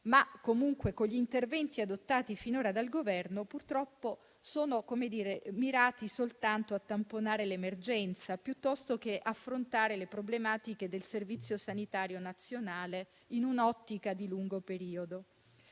e non solo, gli interventi adottati finora dal Governo, purtroppo, sono stati volti soltanto a tamponare l'emergenza, piuttosto che affrontare le problematiche del Servizio sanitario nazionale in un'ottica di lungo periodo.